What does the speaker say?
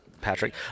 Patrick